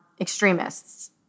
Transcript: extremists